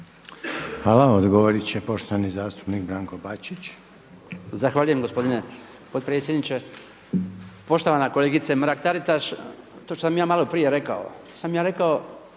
Hvala. Odgovoriti će poštovani zastupnik Branko Bačić. **Bačić, Branko (HDZ)** Zahvaljujem gospodine potpredsjedniče. Poštovana kolegice Mrak-Taritaš, to što sam ja malo prije rekao, to sam ja rekao